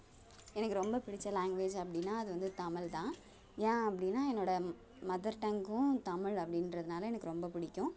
எனக்கு ரொம்ப பிடித்த லாங்குவேஜ் அப்படீன்னா அது வந்து தமிழ் தான் ஏன் அப்படீன்னா என்னோடய மதர் டங்கும் தமிழ் அப்படீன்றதுனால எனக்கு ரொம்ப பிடிக்கும்